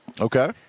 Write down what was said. Okay